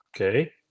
Okay